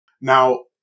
Now